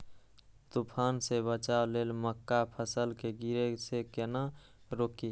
तुफान से बचाव लेल मक्का फसल के गिरे से केना रोकी?